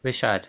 which [one]